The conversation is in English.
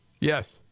Yes